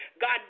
God